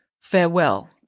Farewell